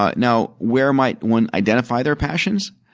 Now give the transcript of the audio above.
ah now, where might one identify their passion?